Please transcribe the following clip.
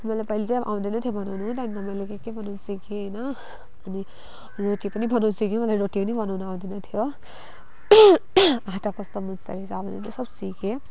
मलाई पैला चाहिँ अब आउँदैन थियो बनाउनु त्यहाँदेखि त मैले के के बनाउनु सिकेँ होइन अनि रोटी पनि बनाउनु सिकेँ मलाई रोटी पनि बनाउनु आउँदैन थियो आँटा कस्तो मुस्दो रहेछ भनेर त्यो सब सिकेँ